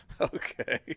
Okay